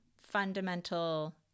fundamental